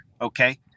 Okay